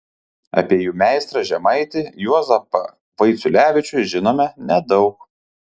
apie jų meistrą žemaitį juozapą vaiciulevičių žinome nedaug